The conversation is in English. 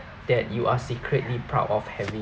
that you are secretly proud of having